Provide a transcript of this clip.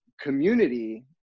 community